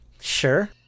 Sure